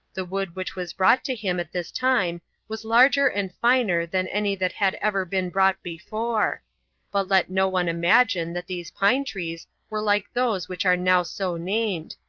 the wood which was brought to him at this time was larger and finer than any that had ever been brought before but let no one imagine that these pine trees were like those which are now so named,